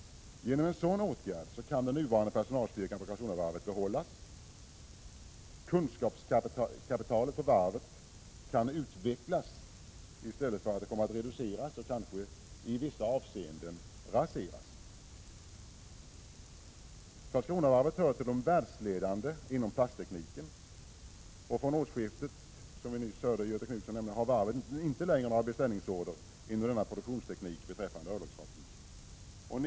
Genom en sådan åtgärd kan den nuvarande personalstyrkan vid Karlskronavarvet behålla kunskapskapitalet, och varvet kan utvecklas i stället för att reduceras och kanske i vissa avseenden raseras. Karlskronavarvet hör till de världsledande inom plasttekniken. Från årsskiftet har varvet, som Göthe Knutson nämnde, inte längre några beställningar med anknytning till denna produktionsteknik beträffande örlogsfartyg.